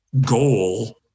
goal